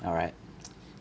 alright